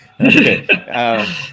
Okay